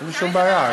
אין לי שום בעיה.